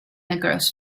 across